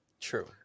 True